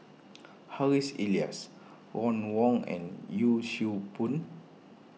Harry's Elias Ron Wong and Yee Siew Pun